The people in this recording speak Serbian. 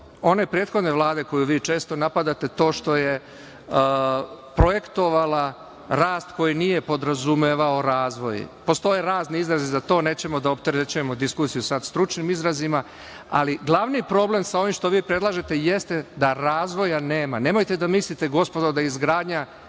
one prethodne Vlade koju vi često napadate to što je projektovala rast koji nije podrazumevao razvoj. Postoje razni izrazi za to. Nećemo da opterećuje diskusiju sada stručnim izrazima. Ali, glavni problem sada sa ovim što vi predlažete jeste da razvoja nema. Nemojte da mislite, gospodo, da izgradnja